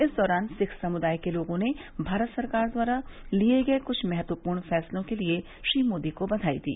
इस दौरान सिख समुदाय के लोगों ने भारत सरकार द्वारा लिए गए कुछ महत्वपूर्ण फैसलों के लिए श्री मोदी को बधाई दी